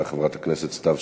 חברת הכנסת חנין זועבי, בבקשה.